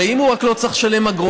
הרי אם הוא לא רק צריך לשלם אגרות,